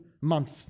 month